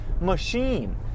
machine